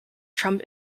trump